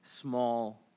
Small